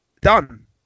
done